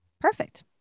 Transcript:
Perfect